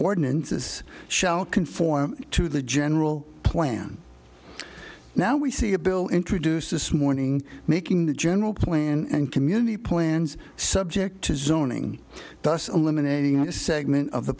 ordinances shall conform to the general plan now we see a bill introduced this morning making the general plan and community plans subject to zoning thus eliminating a segment of the